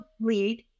lead